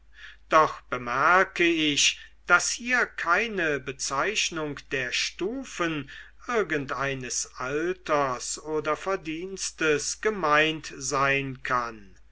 doch bemerke ich daß hier keine bezeichnung der stufen irgendeines alters oder verdienstes gemeint sein kann